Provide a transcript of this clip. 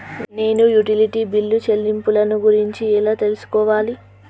నేను utility bill చెల్లింపులను గురించి ఎలా తెలుసుకోవాలి?